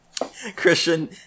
Christian